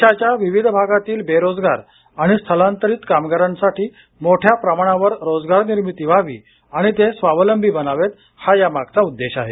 देशाच्या विविध भागातील बेरोजगार आणि स्थलांतरित कामगारांसाठी मोठ्या प्रमाणावर रोजगार निर्मिती व्हावी आणि ते स्वावलंबी बनावेत हा या मागचा उद्देश आहे